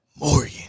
Morgan